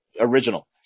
Original